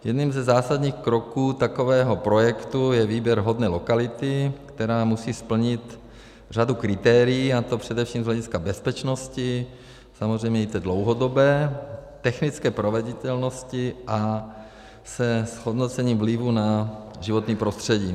Jedním ze zásadních kroků takového projektu je výběr vhodné lokality, která musí splnit řadu kritérií, a to především z hlediska bezpečnosti, samozřejmě i té dlouhodobé, technické proveditelnosti a zhodnocení vlivu na životní prostředí.